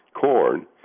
corn